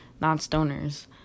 non-stoners